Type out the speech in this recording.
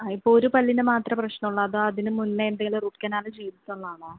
ആ ഇപ്പോൾ ഒരു പല്ലിന് മാത്രമേ പ്രശ്നമുള്ളോ അതോ അതിനു മുന്നേ എന്തെലും റൂട്ട് കനാൽ ചെയ്തിട്ടുള്ളതാണോ